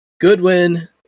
Goodwin